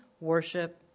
worship